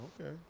okay